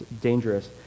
dangerous